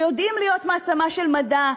ויודעים להיות מעצמה של מדע,